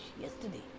yesterday